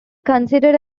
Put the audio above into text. considered